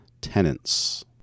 tenants